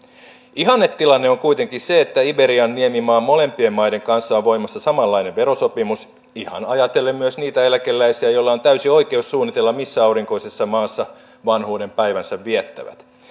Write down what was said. ihannetilanne on kuitenkin se että iberian niemimaan molempien maiden kanssa on voimassa samanlainen verosopimus ihan ajatellen myös niitä eläkeläisiä joilla on täysi oikeus suunnitella missä aurinkoisessa maassa vanhuudenpäivänsä viettävät